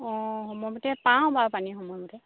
অঁ সময়মতে পাওঁ বাৰু পানীৰ সময়মতে